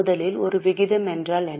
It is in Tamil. முதலில் ஒரு விகிதம் என்றால் என்ன